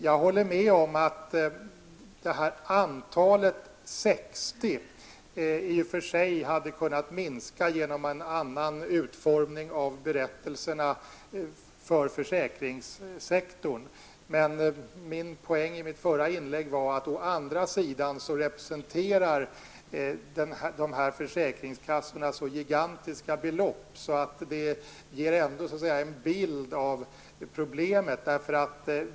Jag håller med om att antalet 60 i och för sig hade kunnat minska genom en annan utformning av berättelserna för försäkringssektorn, men poängen i mitt förra inlägg var att försäkringskassorna å andra sidan representerar så gigantiska belopp att det ändå ger en bild av problemet.